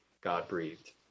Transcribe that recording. God-breathed